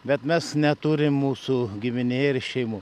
bet mes neturim mūsų giminėj ir šeimoj